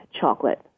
chocolate